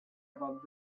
about